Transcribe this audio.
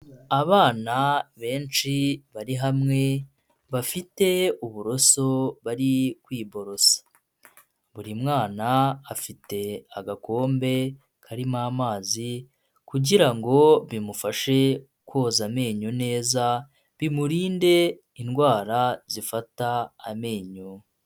Abana benshi bari hamwe, bafite uburoso, bari kwiboroza. Buri mwana afite agakombe karimo amazi, kugira ngo bimufashe koza amenyo neza, bimurinde indwara zifata amenyo.